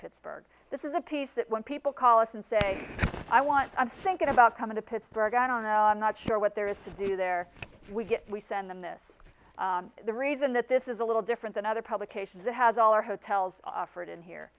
pittsburgh this is a piece that when people call us and say i want i'm thinking about coming to pittsburgh i don't know i'm not sure what there is to do there we get we send them this the reason that this is a little different than other publications it has all our hotels offered in here